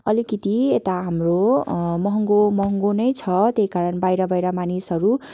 अलिकति यता हाम्रो महँगो महँगो नै छ त्यही कारण बाहिरबाट मानिसहरू